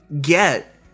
get